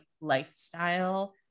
lifestyle